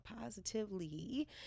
positively